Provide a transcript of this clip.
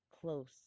close